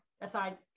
Aside